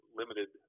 limited